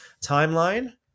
timeline